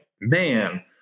man